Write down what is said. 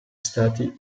stati